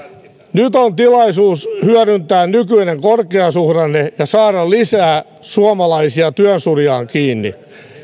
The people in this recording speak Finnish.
nyt on tilaisuus hyödyntää nykyinen korkeasuhdanne ja saada lisää suomalaisia työn syrjään kiinni